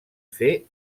fer